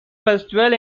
festival